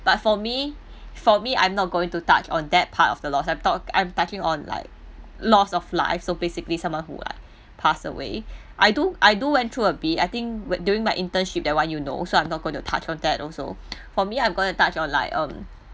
but for me for me I'm not going to touch on that part of the lost I'm talk I'm touching on like lost of life so basically someone who like pass away I do I do went through a bit I think when during my internship that one you know so I'm not going to touch on that also for me I'm going to touch on like um